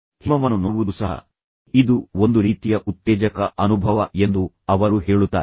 ಹಿಮವನ್ನು ನೋಡುವುದೂ ಸಹ ಇದು ಒಂದು ರೀತಿಯ ಉತ್ತೇಜಕ ಅನುಭವ ಎಂದು ಅವರು ಹೇಳುತ್ತಾರೆ